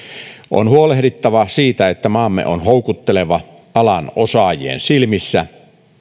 on huolehdittava siitä että maamme on houkutteleva alan osaajien silmissä